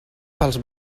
pels